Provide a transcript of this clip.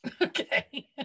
Okay